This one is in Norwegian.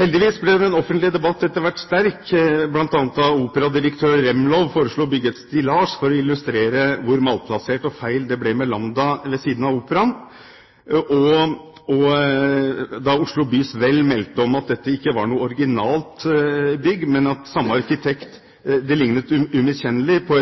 Heldigvis ble den offentlige debatt etter hvert sterk, bl.a. da operadirektør Remlov foreslo å bygge et stillas for å illustrere hvor malplassert og feil det ble med Lambda ved siden av Operaen, og da Oslo Byes Vel meldte at dette ikke var noe originalt bygg, men at det lignet umiskjennelig på